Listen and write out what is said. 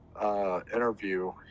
interview